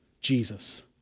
Jesus